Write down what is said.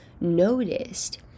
noticed